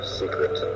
secret